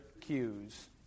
cues